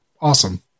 awesome